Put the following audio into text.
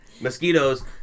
mosquitoes